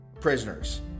prisoners